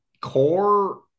core